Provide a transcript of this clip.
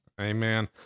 Amen